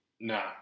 Nah